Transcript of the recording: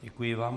Děkuji vám.